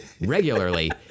regularly